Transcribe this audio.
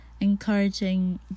encouraging